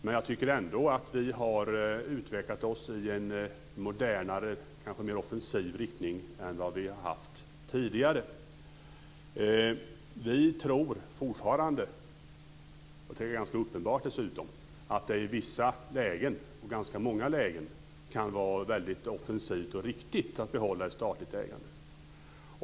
Men jag tycker ändå att vi har utvecklat oss i en modernare och kanske mer offensiv riktning jämfört med tidigare. Vi tror fortfarande, vilket dessutom är ganska uppenbart, att det i ganska många lägen, kan vara väldigt offensivt och riktigt att behålla ett statligt ägande.